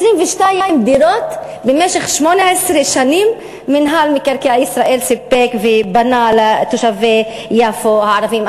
22 דירות במשך 18 שנים מינהל מקרקעי ישראל סיפק ובנה לתושבי יפו הערבים.